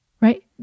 Right